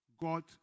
God